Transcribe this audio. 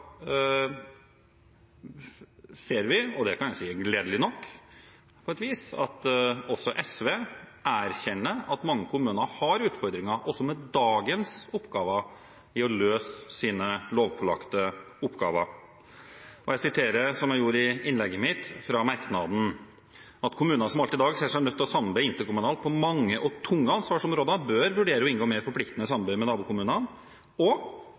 ser man – gledelig nok på et vis – at også SV erkjenner at mange kommuner har utfordringer, også med dagens oppgaver, med å løse sine lovpålagte oppgaver. Jeg siterer, som jeg gjorde i innlegget mitt, fra SVs merknad: «at kommuner som alt i dag ser seg nødt til å samarbeide interkommunalt på mange og tunge ansvarsområder, bør vurdere å inngå mer forpliktende samarbeid med nabokommunene.